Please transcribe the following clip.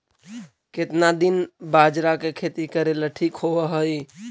केतना दिन बाजरा के खेती करेला ठिक होवहइ?